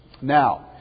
Now